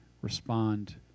respond